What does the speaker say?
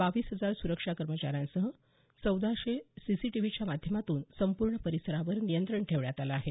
बावीस हजार सुरक्षा कर्मचाऱ्यांसह चौदाशे सीसीटीव्हीच्या माध्यमातून संपूर्ण परिसरावर नियंत्रण ठेवण्यात आलं आहे